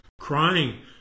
crying